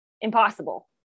impossible